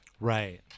right